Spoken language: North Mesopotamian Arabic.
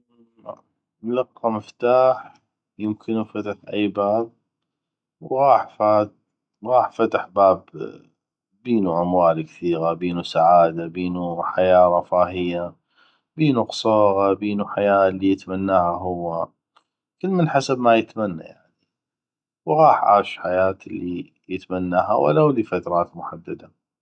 لقى مفتاح يمكنو وفتح أي باب وغاح فتح باب بينو اموال كثيغه بينو سعادة بينو حياه رفاهية بينو قصوغه بينو حياه يتمناها هو كلمن حسب ما يتمنى يعني وغاح عاش حياة اللي يتمناها يعني ولو لفترات محدده